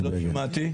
82',